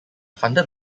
funded